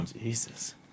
Jesus